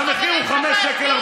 אז המחיר הוא 5.49 שקל,